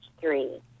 three